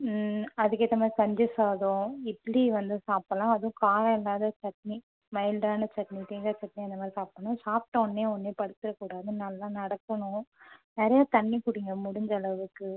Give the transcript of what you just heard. அதுக்கேற்ற மாதிரி கஞ்சி சாதம் இட்லி வந்து சாப்பிட்லாம் அதுவும் காரம் இல்லாத சட்னி மைல்டான சட்னி தேங்காய் சட்னி அந்த மாதிரி சாப்பிட்ணும் சாப்பிட்டோனே உடனே படுத்துக்கக்கூடாது நல்லா நடக்கணும் நிறையா தண்ணி குடிங்க முடிஞ்ச அளவுக்கு